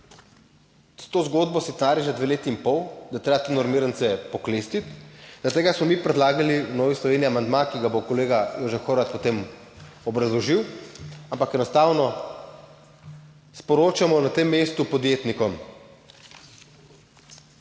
s to zgodbo, sitnari(?) že dve leti in pol, da je treba te normirance oklestiti, zaradi tega smo mi predlagali v Novi Sloveniji amandma, ki ga bo kolega Jožef Horvat potem obrazložil, ampak enostavno sporočamo na tem mestu podjetnikom,